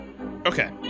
Okay